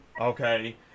okay